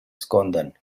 escondan